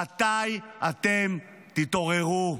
מתי אתם תתעוררו?